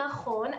נכון,